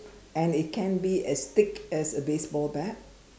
and it can be as thick as a baseball bat